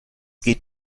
geht